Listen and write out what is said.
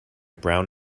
brown